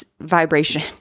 vibration